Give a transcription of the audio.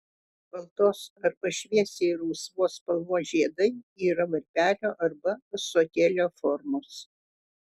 baltos arba šviesiai rausvos spalvos žiedai yra varpelio arba ąsotėlio formos